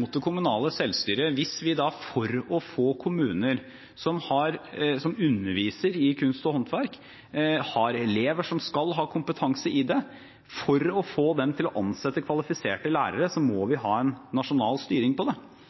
mot det kommunale selvstyret hvis vi – for å få kommuner som underviser i kunst og håndverk, til å ansette kvalifiserte lærere, kommuner som har elever som skal ha kompetanse i det – må ha en nasjonal styring. Jeg mener at den type krav kan være rimelig å stille, men det